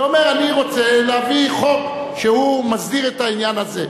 ואומר: אני רוצה להביא חוק שמסדיר את העניין הזה.